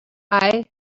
i—i